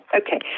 okay